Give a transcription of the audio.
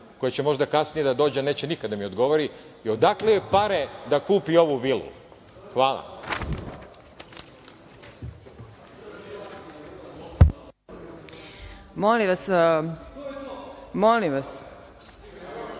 koja će možda kasnije da dođe, a neće nikad da mi odgovori, i odakle joj pare da kupi ovu vilu? Hvala.